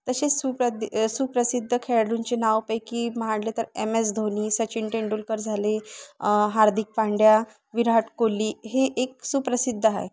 तसेच सुप्रदि सुप्रसिद्ध खेळाडूंचे नावापैकी म्हटले तर एम एस धोनी सचिन तेंडुलकर झाले हार्दिक पांड्या विराट कोहली हे एक सुप्रसिद्ध आहे